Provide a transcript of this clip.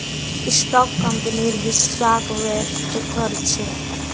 stock कंपनीर हिस्साक व्यक्त कर छेक